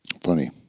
funny